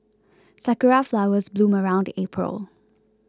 sakura flowers bloom around April